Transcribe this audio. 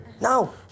No